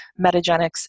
Metagenics